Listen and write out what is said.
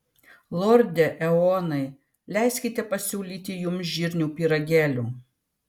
lorde eonai leiskite pasiūlyti jums žirnių pyragėlių